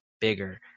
bigger